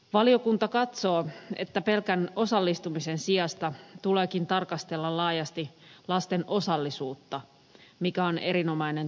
valiokunta katsoo että pelkän osallistumisen sijasta tuleekin tarkastella laajasti lasten osallisuutta mikä on erinomainen tavoite